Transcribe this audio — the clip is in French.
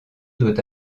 doit